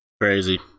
Crazy